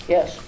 Yes